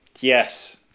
yes